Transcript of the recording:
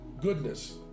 goodness